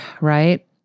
right